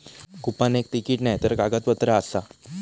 coupon एक तिकीट नायतर कागदपत्र आसा